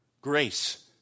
grace